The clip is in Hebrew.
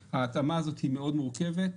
ההתאמה הזאת היא מורכבת מאוד,